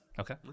Okay